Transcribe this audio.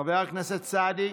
חבר הכנסת סעדי,